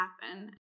happen